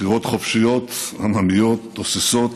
בחירות חופשיות, עממיות, תוססות,